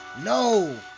no